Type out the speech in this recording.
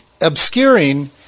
Obscuring